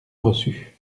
reçu